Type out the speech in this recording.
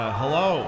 hello